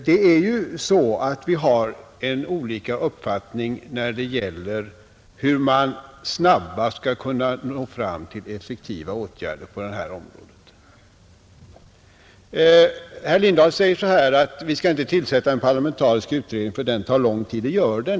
Det är ju så att vi har olika uppfattningar om hur man snabbast skall kunna nå fram till effektiva åtgärder på detta område. Herr Lindahl säger att man inte skall tillsätta en parlamentarisk utredning, eftersom en sådan tar lång tid.